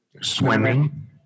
swimming